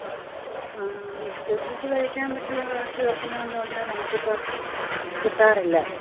വിശ്വസിച്ച് കഴിക്കാന് പറ്റുന്ന കാര്ഷികോല്പ്പന്നങ്ങള് എന്ന് പറഞ്ഞാൽ നമുക്കിപ്പം കിട്ടാറില്ല